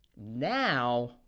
Now